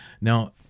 now